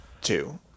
two